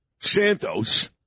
Santos